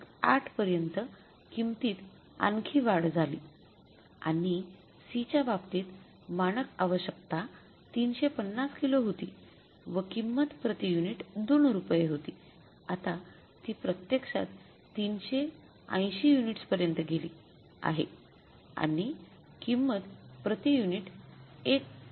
८ पर्यंत किंमतीत आणखी वाढ झाली आणि C च्या बाबतीत मानक आवश्यकता ३५० किलो होती व किंमत प्रति युनिट २ रुपये होती आता ती प्रत्यक्षात ३८० युनिट्स पर्यंत गेली आहे आणि किंमत प्रति युनिट 1